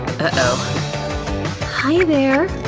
oh hi, there!